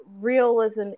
realism